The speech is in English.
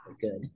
good